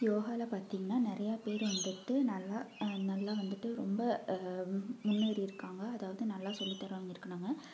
யோகாவில பார்த்திங்னா நிறையா பேர் வந்துவிட்டு நல்லா நல்லா வந்துவிட்டு ரொம்ப முன்னேறி இருக்காங்க அதாவது நல்லா சொல்லித்தரவங்க இருக்கனங்க